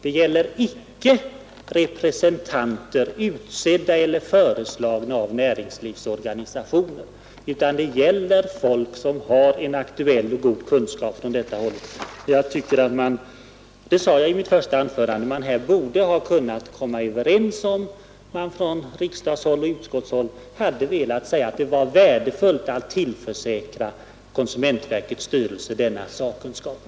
Det gäller alltså icke representanter utsedda eller föreslagna av näringslivsorganisationer utan folk som har en aktuell och god kunskap från näringslivet. I mitt första anförande framhöll jag att man borde ha kunnat komma överens om att från riksdagens och utskottets sida säga att det vore värdefullt att tillförsäkra konsumentverkets styrelse sådan sakkunskap.